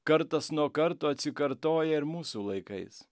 kartas nuo karto atsikartoja ir mūsų laikais